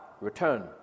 return